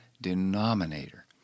denominator